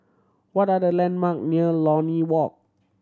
what are the landmark near Lornie Walk